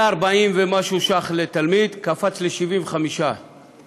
הוא היה 40 ומשהו ש"ח לתלמיד וקפץ ל-75 ש"ח.